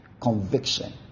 Conviction